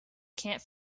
can’t